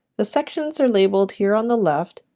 the sections are labeled here on the left,